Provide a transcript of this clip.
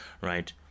right